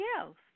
else